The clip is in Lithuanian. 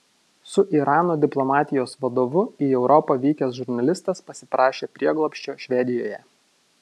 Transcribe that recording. su irano diplomatijos vadovu į europą vykęs žurnalistas pasiprašė prieglobsčio švedijoje